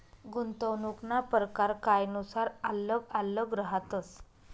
गुंतवणूकना परकार कायनुसार आल्लग आल्लग रहातस